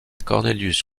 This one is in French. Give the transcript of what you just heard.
cornelius